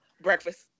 breakfast